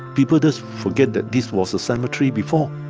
people just forget that this was a cemetery before.